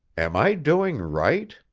am i doing right,